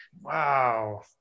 Wow